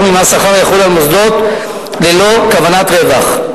ממס שכר יחול על מוסדות ללא כוונת רווח.